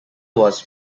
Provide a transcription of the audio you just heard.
was